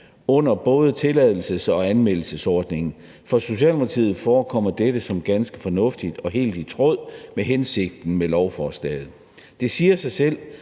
under både tilladelses- og anvendelsesordningen. For Socialdemokratiet forekommer dette ganske fornuftigt og helt i tråd med hensigten med lovforslaget. Det siger sig selv,